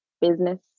business